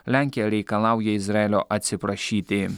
lenkija reikalauja izraelio atsiprašyti